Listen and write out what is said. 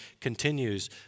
continues